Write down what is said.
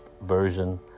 version